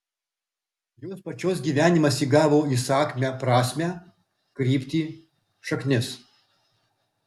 jos pačios gyvenimas įgavo įsakmią prasmę kryptį šaknis